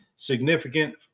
Significant